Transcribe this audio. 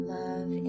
love